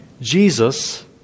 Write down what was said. Jesus